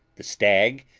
the stag,